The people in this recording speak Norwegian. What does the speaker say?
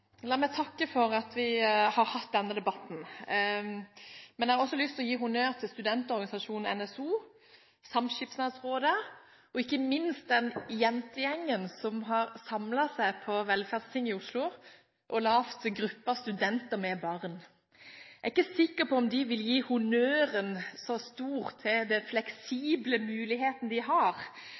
La meg takke for at vi har hatt denne debatten. Jeg har også lyst til å gi honnør til studentorganisasjonen NSO, Samskipnadsrådet og ikke minst til den jentegjengen som har samlet seg på Velferdstinget i Oslo og laget gruppe av studenter med barn. Jeg er ikke sikker på om de vil gi en så stor honnør til den muligheten